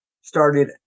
started